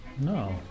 No